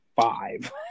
five